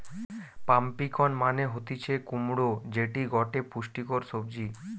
pumpkin মানে হতিছে কুমড়ো যেটি গটে পুষ্টিকর সবজি